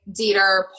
Dieter